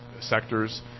sectors